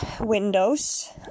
windows